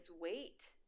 weight